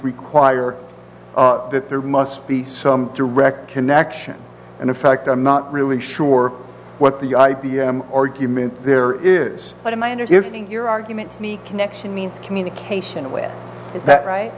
require that there must be some direct connection and in fact i'm not really sure what the i p m argument there is but a minor gifting your argument me connection means communication with is that right